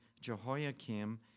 Jehoiakim